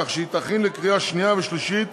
כך שהיא תכין לקריאה שנייה ושלישית